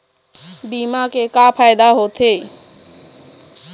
बीमा के का फायदा होते?